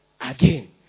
again